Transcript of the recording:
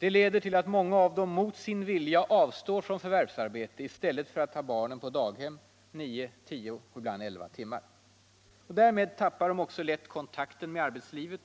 Det leder till att många av dem mot sin vilja avstår från förvärvsarbete i stället för att ha barnen på daghem nio, tio och ibland elva timmar. Därmed tappar de också lätt kontakten med arbetslivet